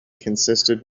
consisted